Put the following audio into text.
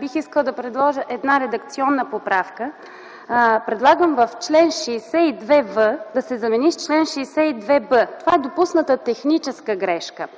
Бих искала да предложа една редакционна поправка - предлагам в чл. 62в да се замени с чл. 62б. Тук е допусната техническа грешка.